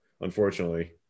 unfortunately